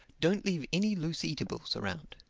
don't leave any loose eatables around.